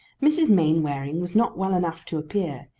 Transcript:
mrs. mainwaring was not well enough to appear,